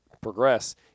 progress